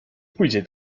pójdzie